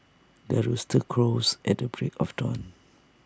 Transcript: the rooster crows at the break of dawn